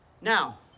Now